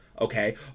okay